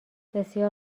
بسیار